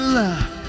love